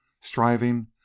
striving